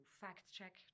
fact-check